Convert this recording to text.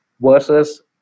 versus